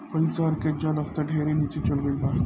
कई शहर के जल स्तर ढेरे नीचे चल गईल बा